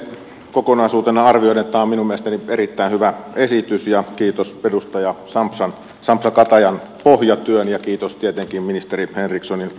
kokonaisuutena arvioiden tämä on minun mielestäni erittäin hyvä esitys kiitos edustaja sampsa katajan pohjatyön ja kiitos tietenkin ministeri henrikssonin hyvän esityksen